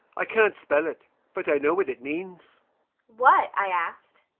i can't spell it but i know what it means what? i asked.